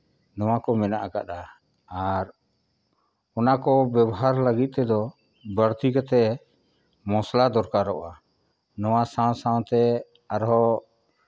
ᱱᱚᱣᱟᱠᱚ ᱢᱮᱱᱟᱜ ᱠᱟᱫᱟ ᱟᱨ ᱚᱱᱟᱠᱚ ᱵᱮᱵᱚᱦᱟᱨ ᱞᱟᱹᱜᱤᱫ ᱛᱮᱫᱚ ᱵᱟᱹᱲᱛᱤ ᱠᱟᱛᱮᱫ ᱢᱚᱥᱞᱟ ᱫᱚᱨᱠᱟᱨᱚᱜᱼᱟ ᱱᱚᱣᱟ ᱥᱟᱶᱼᱥᱟᱶᱛᱮ ᱟᱨᱦᱚᱸ